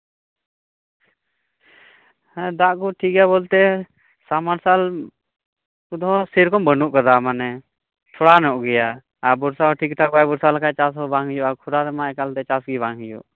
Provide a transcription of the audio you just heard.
ᱦᱮᱸ ᱫᱟᱜ ᱠᱚ ᱴᱷᱤᱠ ᱜᱮᱭᱟ ᱵᱚᱞᱛᱮ ᱥᱟᱵᱢᱟᱨᱥᱟᱞ ᱠᱚᱦᱚᱸ ᱥᱮᱨᱚᱠᱚᱢ ᱵᱟᱱᱩᱜ ᱠᱟᱫᱟ ᱢᱟᱱᱮ ᱠᱷᱚᱨᱟ ᱧᱚᱜ ᱜᱮᱭᱟ ᱟᱨ ᱵᱚᱨᱥᱟ ᱦᱚᱸ ᱴᱷᱤᱠᱼᱴᱷᱟᱠ ᱵᱟᱭ ᱵᱚᱨᱥᱟ ᱞᱮᱠᱷᱟᱱ ᱪᱟᱥ ᱦᱚᱸ ᱴᱷᱤᱠᱼᱴᱷᱟᱠ ᱵᱟᱝ ᱦᱩᱭᱩᱜᱼᱟ ᱟᱨ ᱠᱷᱚᱨᱟ ᱨᱮᱢᱟ ᱮᱠᱟᱞᱛᱮ ᱪᱟᱥ ᱜᱮ ᱵᱟᱝ ᱦᱩᱭᱩᱜ